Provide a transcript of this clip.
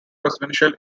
presidential